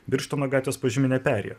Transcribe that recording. birštono gatvės požeminė perėja